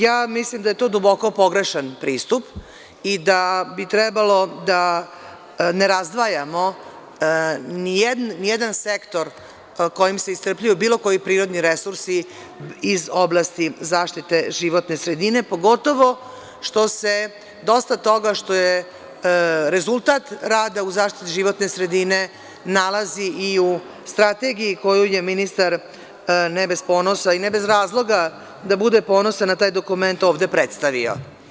Ja mislim da je to duboko pogrešan pristup i da bi trebalo da ne razdvajamo ni jedan sektor kojim se iscrpljuje bilo koji prirodni resurs iz oblasti zaštite životne sredine, pogotovo što se dosta toga, što je rezultat rada u zaštiti životne sredine, nalazi i u strategiji koju je ministar, ne bez ponosa i ne bez razloga da bude ponosan na taj dokument, ovde predstavio.